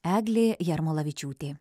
eglė jarmolavičiūtė